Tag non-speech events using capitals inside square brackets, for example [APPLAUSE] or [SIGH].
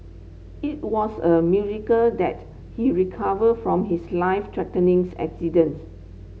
it was a miracle that he recovered from his life threatening [UNINTELLIGIBLE] accidents